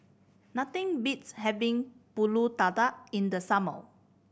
nothing beats having Pulut Tatal in the summer